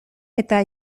eta